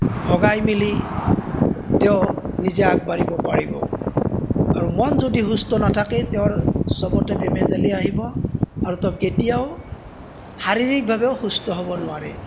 ভগাই মেলি তেওঁ নিজে আগবাঢ়িব পাৰিব আৰু মন যদি সুস্থ নাথাকে তেওঁৰ চবতে বেমেজালি আহিব আৰু তেওঁ কেতিয়াও শাৰীৰিকভাৱেও সুস্থ হ'ব নোৱাৰে